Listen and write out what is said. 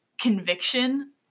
conviction